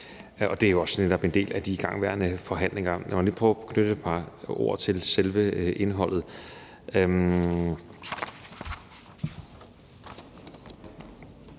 Det er jo også netop en del af de igangværende forhandlinger. Lad mig lige prøve at knytte et par ord til selve indholdet.